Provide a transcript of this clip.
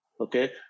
Okay